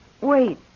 Wait